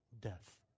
death